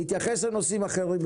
עכשיו תתייחס לנושאים אחרים,